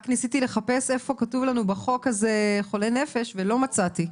רק ניסיתי לחפש איפה כתוב לנו בחוק הזה "חולה נפש" ולא מצאתי,